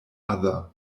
other